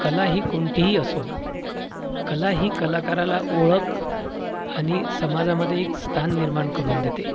कला ही कोणतीही असो कला ही कलाकाराला ओळख आणि समाजामध्ये एक स्थान निर्माण करून देते